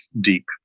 deep